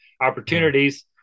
opportunities